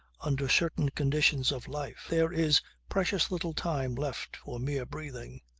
under certain conditions of life there is precious little time left for mere breathing.